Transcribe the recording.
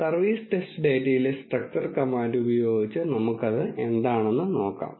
service test ഡാറ്റയിലെ structure command ഉപയോഗിച്ച് നമുക്ക് അത് എന്താണെന്ന് നോക്കാം